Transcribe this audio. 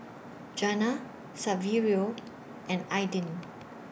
Jana Saverio and Aidyn